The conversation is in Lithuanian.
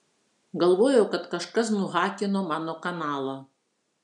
galvojau kad kažkas nuhakino mano kanalą